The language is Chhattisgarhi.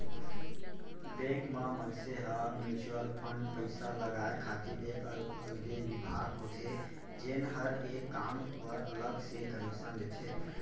बेंक म मनसे ह म्युचुअल फंड पइसा लगाय खातिर एक अलगे बिभाग होथे जेन हर ए काम बर अलग से कमीसन लेथे